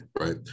right